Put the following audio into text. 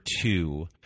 two